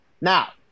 Now